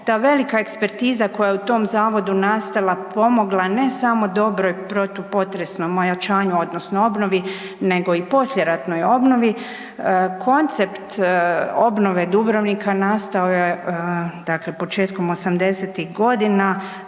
ta velika ekspertiza koja je u tom zavodu nastala pomogla ne samo dobrom protupotresnom ojačanju odnosno obnovi nego i poslijeratnoj obnovi, koncept obnove Dubrovnika nastao je početkom osamdesetih